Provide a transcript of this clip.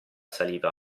saliva